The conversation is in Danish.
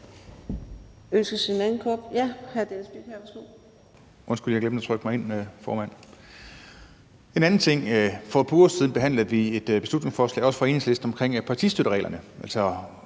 at for et par uger siden behandlede vi et beslutningsforslag, også fra Enhedslisten, omkring partistøttereglerne,